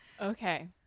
Okay